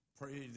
pray